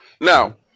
Now